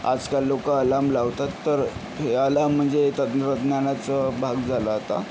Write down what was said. आजकाल लोकं अलाम लावतात तर हे अलाम म्हणजे तंत्रज्ञानाचं भाग झाला आता